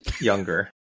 younger